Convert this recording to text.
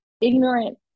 ignorant